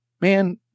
man